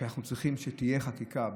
אנחנו צריכים שתהיה חקיקה.